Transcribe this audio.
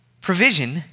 provision